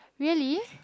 really